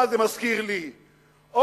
מה זה מזכיר לי,